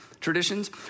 traditions